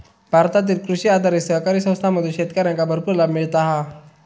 भारतातील कृषी आधारित सहकारी संस्थांमधून शेतकऱ्यांका भरपूर लाभ मिळता हा